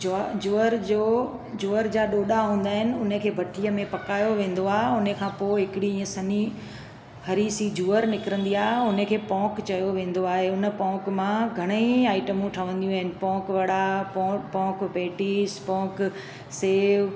ज्व जूअर जो जूअर जा ॾोॾा हूंदा आहिनि उन खे भटीअ में पकायो वेंदो आहे उन खां पोइ हिकिड़ी इअं सन्ही हरी सी जूअर निकिरंदी आहे उन खे पोंक चयो वेंदो आहे उन पोंक मां घणेई आईटमूं ठहंदियूं आहिनि पोंक वडा पोंक पोंक पेटिस पोंक सेव